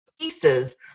pieces